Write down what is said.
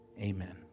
Amen